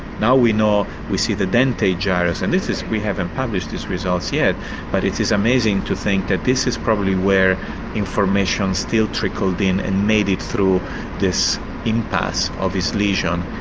now we know we see the dentate gyrus, and this is we haven't published the results yet but it is amazing to think that this is probably where information still trickled in and made it through this impasse of this lesion,